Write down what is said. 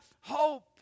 hope